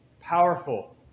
powerful